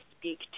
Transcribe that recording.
speak